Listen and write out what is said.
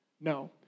No